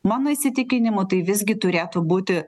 mano įsitikinimu tai visgi turėtų būti